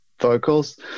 vocals